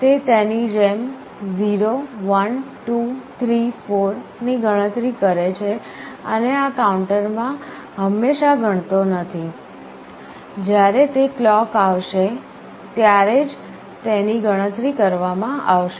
તે તેની જેમ 0 1 2 3 4 ની ગણતરી કરે છે અને આ કાઉન્ટર હંમેશાં ગણતો નથી જ્યારે તે ક્લોક આવશે ત્યારે જ તેની ગણતરી કરવામાં આવશે